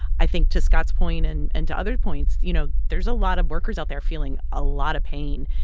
i think, to scott's point and and to other points, you know, there's a lot of workers out there feeling a lot of pain.